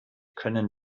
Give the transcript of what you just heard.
können